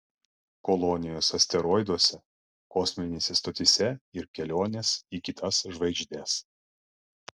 kolonijos asteroiduose kosminėse stotyse ir kelionės į kitas žvaigždes